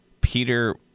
Peter